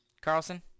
Carlson